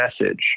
message